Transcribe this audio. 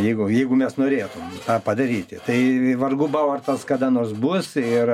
jeigu jeigu mes norėtum tą padaryti tai vargu bau ar tas kada nors bus ir